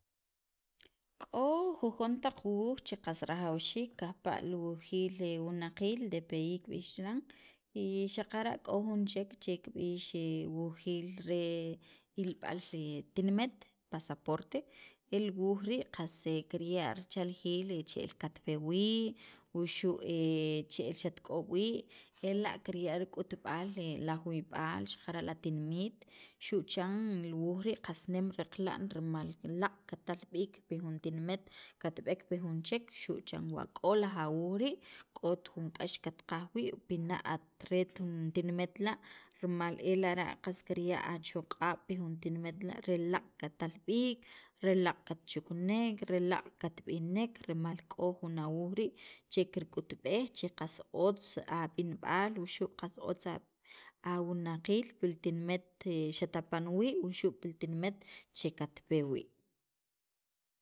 k'o jujon taq wuuj che qas rajawxiik kajpa' li wujiil wunaqiil DPI kib'ix chiran y xaqara' k'o jun chek che kib'ix chiran wujiil ilb'al tinimet, pasaporte, el wuuj rii' qas kirya' richaljiil che'el katpe wii' wuxu' che'el xatk'ob' wii' ela' kirya' rik'utb'al lajuyb'al xaqara' la tinimit xu' chan li wuuj rii' qas nem reqla'n rimal laaq' katal b'iik pi jun tinimet katb'eek pi jun chek xu' chan wa k'o laj awuuj rii' k'ot jun k'ax katqaj wii' pina' at ret jun tinimet la', rimal e lara' qas kirya' achoq'ab' pi jun tinimet la' re laaq' katal b'iik, re laaq' katchuknek, re laaq' katb'inek rimal k'o jun awuuj rii' che kirk'utb'ej che qas otz ab'inb'al wuxu' qas otz awunaqiil pil tinimet xatapan wii' wuxu' pil tinimet che katpe wii'.